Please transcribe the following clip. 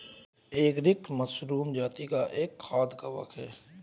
agaricus mushroom जाती का एक खाद्य कवक है